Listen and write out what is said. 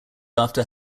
after